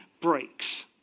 breaks